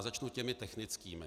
Začnu těmi technickými.